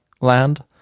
land